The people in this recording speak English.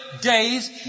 day's